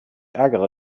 ärgere